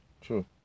True